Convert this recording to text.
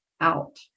out